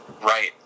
Right